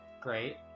great